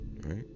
Right